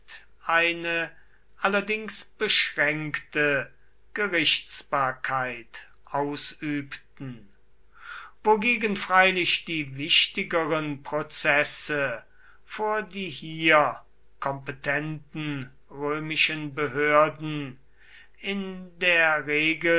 eine allerdings beschränkte gerichtsbarkeit ausübten wogegen freilich die wichtigeren prozesse vor die hier kompetenten römischen behörden in der regel